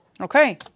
Okay